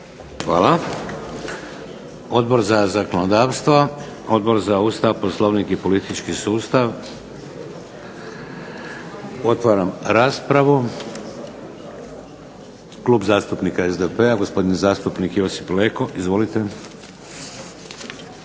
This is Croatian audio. Hvala. Odbor za zakonodavstvo? Odbor za Ustav, Poslovnik i politički sustav? Otvaram raspravu. Klub zastupnika SDP-a, gospodin zastupnik Josip Leko. Izvolite.